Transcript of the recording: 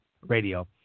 Radio